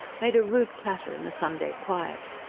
made a rude clatter in the sunday quiet.